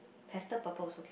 pastel purple also can